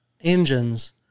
engines